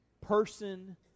Person